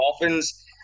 Dolphins